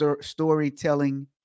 storytelling